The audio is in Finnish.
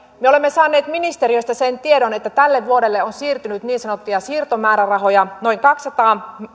me olemme saaneet ministeriöstä sen tiedon että tälle vuodelle on siirtynyt niin sanottuja siirtomäärärahoja noin kaksisataa